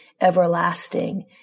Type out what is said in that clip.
everlasting